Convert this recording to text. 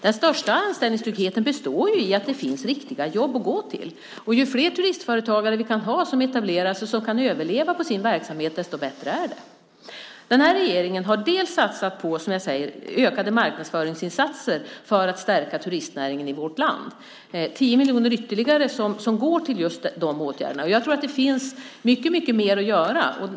Den största anställningstryggheten består ju i att det finns riktiga jobb att gå till. Och ju fler turistföretagare som kan etablera sig och som kan överleva på sin verksamhet, desto bättre är det. Den här regeringen har satsat på ökade marknadsföringsinsatser för att stärka turistnäringen i vårt land. Det är tio miljoner ytterligare som går till just dessa åtgärder. Och jag tror att det finns mycket mer att göra.